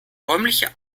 räumliche